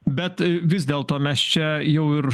bet vis dėl to mes čia jau ir